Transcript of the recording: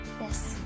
yes